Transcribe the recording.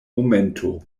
momento